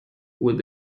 will